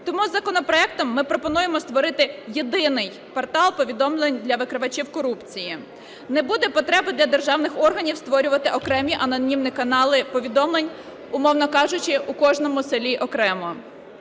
Тому законопроектом ми пропонуємо створити єдиний портал повідомлень для викривачів корупції. Не буде потреби для державних органів створювати окремі анонімні канали повідомлень, умовно кажучи, у кожному селі окремо.